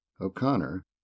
O'Connor